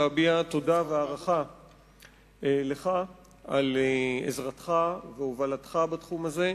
להביע תודה והערכה לך על עזרתך והובלתך בתחום הזה.